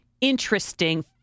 interesting